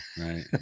right